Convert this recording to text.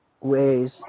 ways